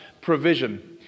provision